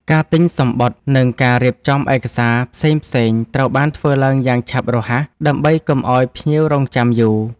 ការទិញសំបុត្រ និងការរៀបចំឯកសារផ្សេងៗត្រូវបានធ្វើឡើងយ៉ាងឆាប់រហ័ស ដើម្បីកុំឱ្យភ្ញៀវរង់ចាំយូរ។